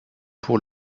pour